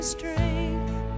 strength